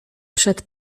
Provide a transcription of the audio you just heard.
przed